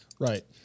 Right